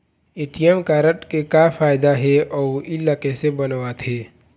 ATM card के का फायदा हे अऊ इला कैसे बनवाथे?